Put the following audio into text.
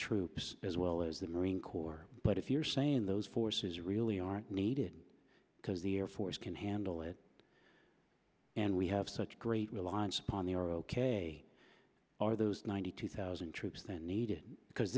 troops as well as the marine corps but if you're saying those forces really aren't needed because the air force can handle it and we have such great reliance upon the or ok are those ninety two thousand troops then needed because